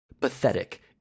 pathetic